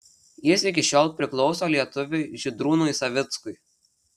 jis iki šiol priklauso lietuviui žydrūnui savickui